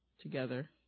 Together